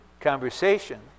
conversation